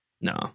No